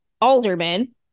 alderman